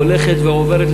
הולכת ועוברת,